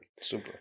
Super